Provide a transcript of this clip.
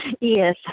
Yes